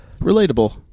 relatable